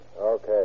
Okay